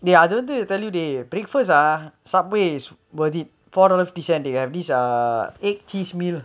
the other do they tell you the breakfast ah Subways four dollar eighty cents they have this ah egg cheese meal